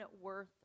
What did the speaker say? worth